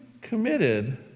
committed